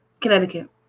Connecticut